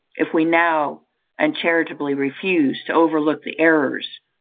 if we now uncharitably refuse to overlook the errors,